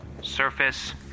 Surface